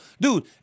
Dude